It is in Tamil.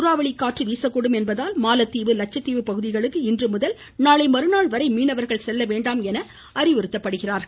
சூறாவளி காற்று வீசக்கூடும் என்பதால் மாலத்தீவு லட்சத்தீவு பகுதிகளுக்கு இன்று முதல் நாளை மறுநாள் வரை மீனவர்கள் செல்ல வேண்டாம் என அறிவுறுத்தப்படுகிறார்கள்